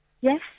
Yes